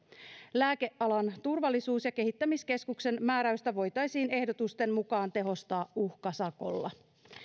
lääkealan turvallisuus ja kehittämiskeskuksen määräystä voitaisiin ehdotusten mukaan tehostaa uhkasakolla